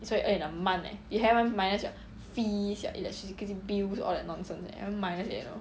it's what you earn in a month eh you haven't even minus your fees your electricity bill all that nonsense haven't minus yet you know